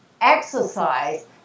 exercise